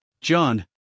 John